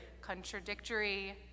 contradictory